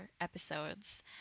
episodes